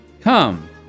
come